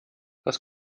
was